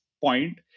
point